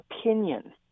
opinion